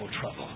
trouble